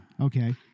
Okay